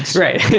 right, yeah